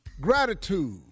gratitude